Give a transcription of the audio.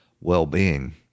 well-being